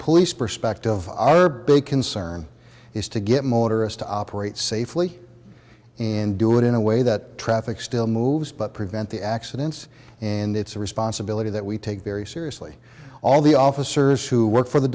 police perspective our big concern is to get motorists to operate safely and do it in a way that traffic still moves but prevent the accidents and it's a responsibility that we take very seriously all the officers who work for the